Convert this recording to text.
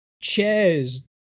chairs